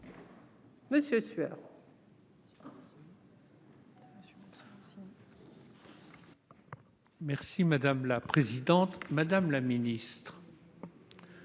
monsieur Sueur.